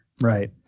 Right